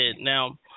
Now